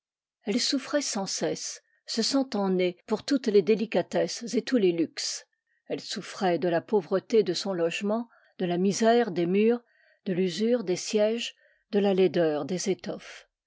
elle souffrait sans cesse se sentant née pour toutes les délicatesses et tous les luxes elle souffrait de la pauvreté de son logement de la misère des murs de l'usure des sièges de la laideur des étoffes